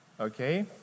Okay